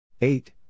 eight